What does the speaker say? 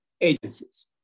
agencies